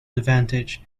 advantage